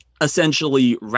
Essentially